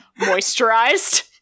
Moisturized